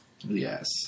Yes